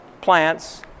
plants